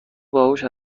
باهوش